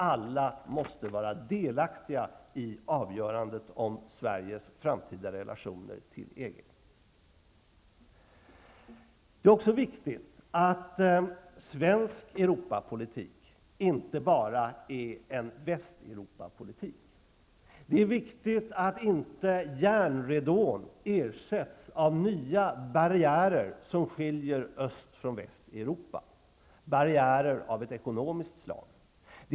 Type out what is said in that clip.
Alla måste vara delaktiga i avgörandet om Sveriges framtida relationer till EG. Det är också viktigt att svensk Europapolitik inte bara är en Västeuropapolitik. Det är viktigt att inte järnridån ersätts av nya barriärer som skiljer Östeuropa från Västeuropa -- barriärer av ekonomiskt slag.